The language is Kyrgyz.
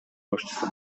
башчысы